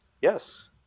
Yes